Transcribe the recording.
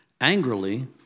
Angrily